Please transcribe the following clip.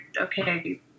okay